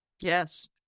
Yes